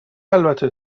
البته